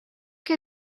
que